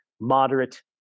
moderate